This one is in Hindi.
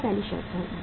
यह पहली शर्त है